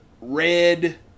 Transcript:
red